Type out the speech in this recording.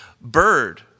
bird